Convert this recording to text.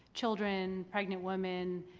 children, pregnant women,